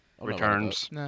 returns